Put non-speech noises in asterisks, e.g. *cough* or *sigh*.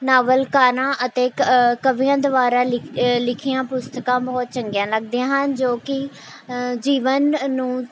ਨਾਵਲਕਾਰਾਂ ਅਤੇ *unintelligible* ਕਵੀਆਂ ਦੁਆਰਾ *unintelligible* ਲਿਖੀਆਂ ਪੁਸਤਕਾਂ ਬਹੁਤ ਚੰਗੀਆਂ ਲੱਗਦੀਆਂ ਹਨ ਜੋ ਕਿ ਜੀਵਨ ਨੂੰ